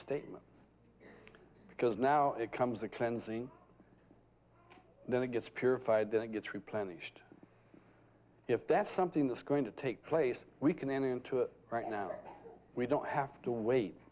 statement because now it becomes a cleansing and then it gets purified then it gets replenished if that's something that's going to take place we can enter into it right now we don't have to wait